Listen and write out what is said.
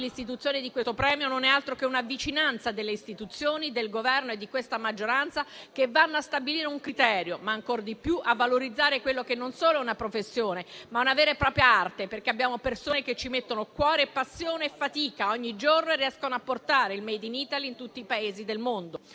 l'istituzione di questo premio non è altro che una vicinanza delle istituzioni, del Governo e di questa maggioranza, che vanno a stabilire un criterio e a valorizzare ancora di più quella che non solo è una professione, ma una vera e propria arte, perché abbiamo persone che ci mettono cuore, passione e fatica ogni giorno e riescono a portare il *made in Italy* in tutti i Paesi del mondo.